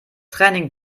training